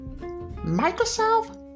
Microsoft